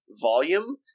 volume